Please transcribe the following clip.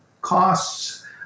costs